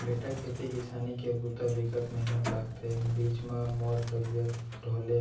बेटा खेती किसानी के बूता बिकट मेहनत लागथे, बीच म मोर तबियत डोले